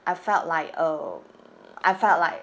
I felt like um I felt like